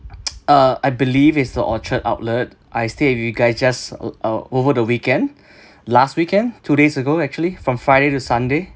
uh I believe is the orchard outlet I stayed with you guys just uh uh over the weekend last weekend two days ago actually from friday to sunday